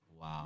wow